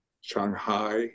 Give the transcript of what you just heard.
Shanghai